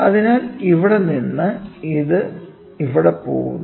അതിനാൽ ഇവിടെ നിന്ന് ഇത് ഇവിടെ പോകുന്നു